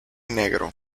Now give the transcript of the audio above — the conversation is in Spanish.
negro